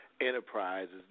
Enterprises